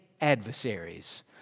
adversaries